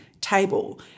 table